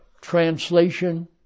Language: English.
translation